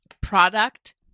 product